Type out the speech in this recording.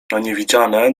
niewidziane